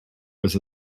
was